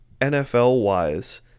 NFL-wise –